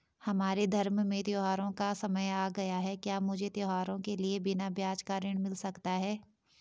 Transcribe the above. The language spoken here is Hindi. हमारे धर्म में त्योंहारो का समय आ गया है क्या मुझे त्योहारों के लिए बिना ब्याज का ऋण मिल सकता है?